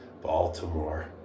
Baltimore